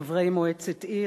חברי מועצת העיר,